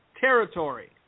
territory